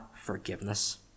forgiveness